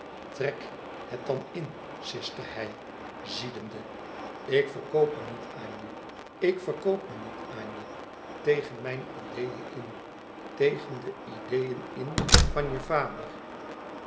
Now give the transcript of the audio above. trek het dan in siste hij ziedende ik verkoop me niet aan je ik verkoop me niet aan je tegen mijn ideeën in tegen de ideeën in van je vader